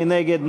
מי נגד?